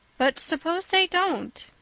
but suppose they don't?